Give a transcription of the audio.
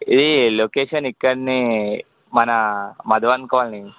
ఇది లొకేషన్ ఇక్కడనే మన మధువన్ కాలనీ